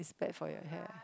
it's bad for your hair